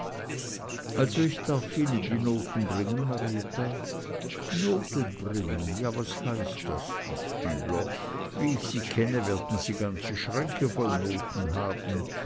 also ich darf ihnen die noten bringen marietta noten bringen ja was heißt das gieshübler wie ich sie kenne werden sie ganze schränke voll noten haben